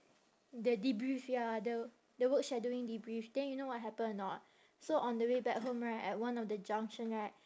the debrief ya the the work shadowing debrief then you know what happen or not so on the way back home right at one of the junction right